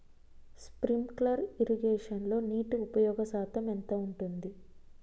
Sprinkler ఇరగేషన్లో నీటి ఉపయోగ శాతం ఎంత ఉంటుంది?